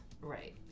Right